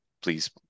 please